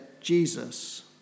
Jesus